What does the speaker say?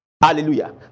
Hallelujah